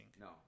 No